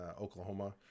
Oklahoma